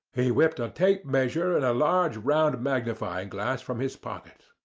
he whipped a tape measure and a large round magnifying glass from his pocket.